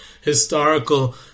historical